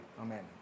Amen